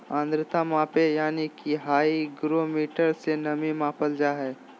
आद्रता मापी यानी कि हाइग्रोमीटर से नमी मापल जा हय